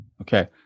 Okay